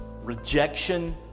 Rejection